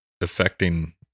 affecting